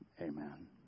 amen